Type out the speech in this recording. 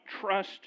trust